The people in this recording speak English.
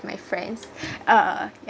my friends uh yeah